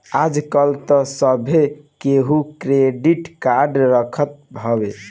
आजकल तअ सभे केहू क्रेडिट कार्ड रखत हवे